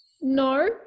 No